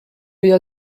year